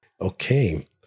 Okay